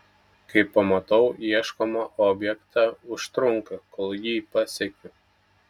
kai pamatau ieškomą objektą užtrunka kol jį pasiekiu